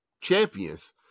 champions